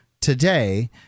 today